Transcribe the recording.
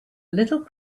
little